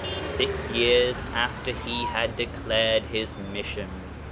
six years after he had declared his mission.